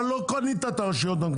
אתה לא קנית את הרשויות המקומיות.